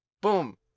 Boom